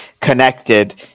connected